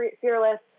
fearless